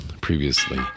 previously